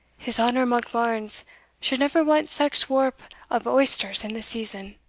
his honour monkbarns should never want sax warp of oysters in the season